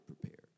prepared